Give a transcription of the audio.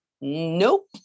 Nope